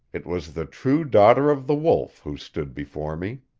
it was the true daughter of the wolf who stood before me.